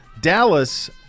Dallas